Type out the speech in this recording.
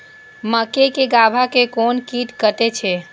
मक्के के गाभा के कोन कीट कटे छे?